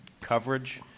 coverage